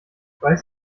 weiß